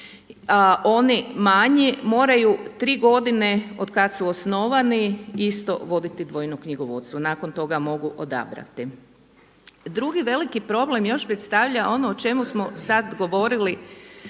oni manji moraju tri godine od kada su osnovane isto voditi dvojno knjigovodstvo, nakon toga mogu odabrati. Drugi veliki problem još predstavlja ono o čemu smo sada govorili